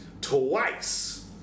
twice